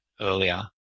earlier